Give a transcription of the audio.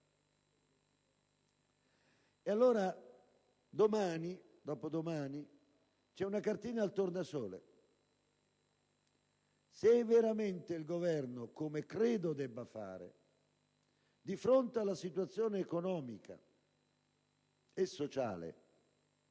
E allora, domani, dopodomani, c'è una cartina al tornasole. Se veramente il Governo, come credo debba fare, di fronte alla situazione economica e sociale